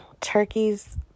Turkeys